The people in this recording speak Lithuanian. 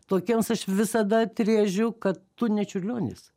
tokiems aš visada atrėžiu kad tu ne čiurlionis